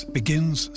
begins